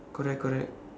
correct correct